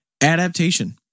adaptation